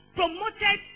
promoted